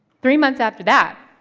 three months after that,